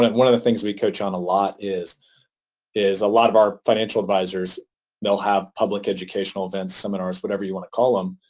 like one of the things we coach on a lot is is a lot of our financial advisors now have public educational event, seminars, whatever you want to call them.